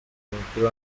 umupira